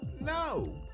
No